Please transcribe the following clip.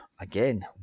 Again